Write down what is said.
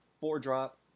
four-drop